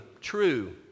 true